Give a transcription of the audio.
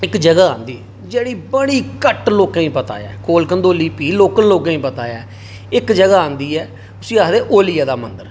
इक जगह आंदी ही जेह्ड़ी बड़ी घट्ट लोकें ई पता ऐ कोल कंडोली भी लोकल लोकें ई पता ऐ इक जगह् आंदी ऐ उसी आखदे ओलिया दा मंदर